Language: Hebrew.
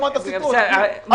אני